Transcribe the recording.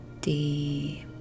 deep